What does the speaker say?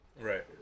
Right